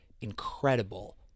incredible